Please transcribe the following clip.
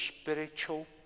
spiritual